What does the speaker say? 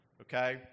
okay